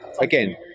again